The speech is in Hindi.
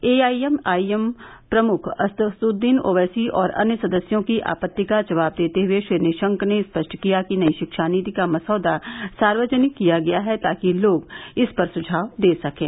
एआईएमआईएम प्रमुख असदुद्दीन ओवैसी और अन्य सदस्यों की आपत्ति का जवाब देते हुए श्री निशंक ने स्पष्ट किया कि नई शिक्षा नीति का मसौदा सार्वजनिक किया गया है ताकि लोग इस पर सुझाव दे सकें